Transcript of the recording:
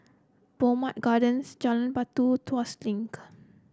Bowmont Gardens Jalan Batu Tuas Link